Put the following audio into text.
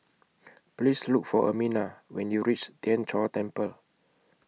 Please Look For Ermina when YOU REACH Tien Chor Temple